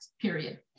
period